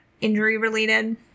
injury-related